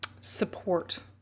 support